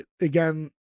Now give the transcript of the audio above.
again